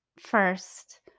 First